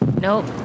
Nope